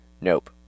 Nope